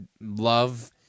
love